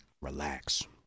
relax